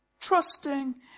trusting